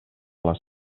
les